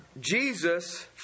Jesus